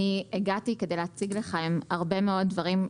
הגעתי כדי להציג לכם הרבה מאוד דברים.